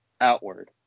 outward